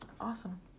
awesome